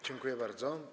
Dziękuję bardzo.